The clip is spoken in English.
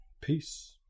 Peace